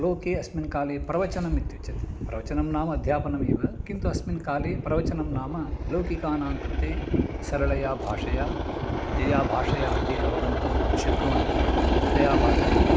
लोके अस्मिन् काले प्रवचनमित्युक्ते प्रवचनं नाम अध्यापनमेव किन्तु अस्मिन् काले प्रवचनं नाम लौकिकानां कृते सरलया भाषया यया भाषया ते अवगन्तुं शक्नुवन्ति तया भाषया